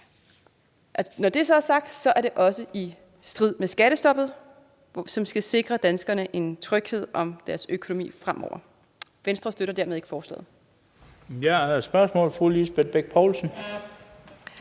Når det er sagt, er det også i strid med skattestoppet, som skal sikre danskerne en tryghed om deres økonomi fremover. Venstre støtter dermed ikke forslaget. Kl. 18:45 Den fg. formand